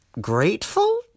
grateful